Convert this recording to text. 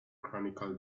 chronicle